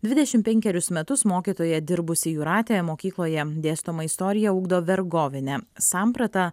dvidešimt penkerius metus mokytoja dirbusi jūratė mokykloje dėstoma istorija ugdo vergovinę sampratą